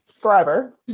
forever